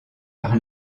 par